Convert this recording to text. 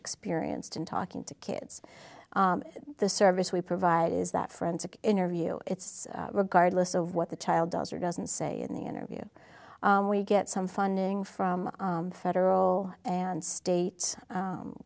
experienced in talking to kids the service we provide is that forensic interview it's regardless of what the child does or doesn't say in the interview we get some funding from federal and state